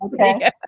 okay